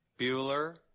Bueller